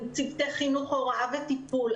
עם צוותי חינוך הוראה וטיפול.